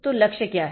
तो लक्ष्य क्या हैं